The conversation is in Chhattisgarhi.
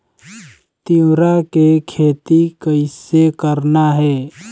तिऊरा के खेती कइसे करना हे?